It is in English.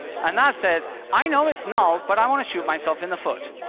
and that says i know it's null, but i want to shoot myself in the foot,